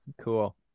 Cool